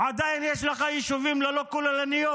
עדיין יש לך יישובים ללא כוללניות,